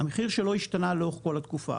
המחיר שלא השתנה לאורך כל התקופה,